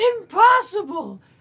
impossible